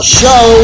show